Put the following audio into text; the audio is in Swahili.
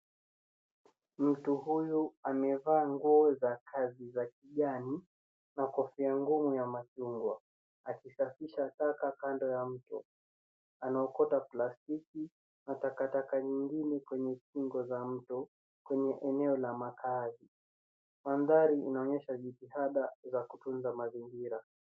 Mtu huyu amevaa nguo za kazi za kijani na kofia ngumu ya chungwa akisafish taka kando ya mto. Anaokota plastiki na takataka nyingine kwa kingo za mto kwenye eneo la makaazi. Mandhari yanaonyesha jitihada za kutunza mazingira.